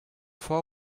for